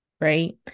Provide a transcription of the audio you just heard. right